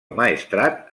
maestrat